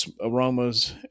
aromas